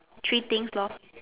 three things lor